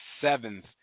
seventh